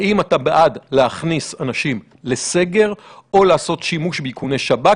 האם אתה בעד להכניס אנשים לסגר או לעשות שימוש באיכוני שב"כ